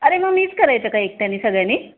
अरे मग मीच करायचं का एकट्याने सगळ्यांनी